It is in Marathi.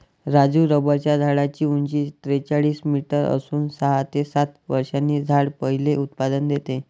राजू रबराच्या झाडाची उंची त्रेचाळीस मीटर असून सहा ते सात वर्षांनी झाड पहिले उत्पादन देते